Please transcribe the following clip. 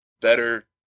better